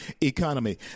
economy